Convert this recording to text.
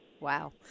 Wow